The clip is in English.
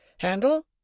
Handle